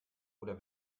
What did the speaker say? oder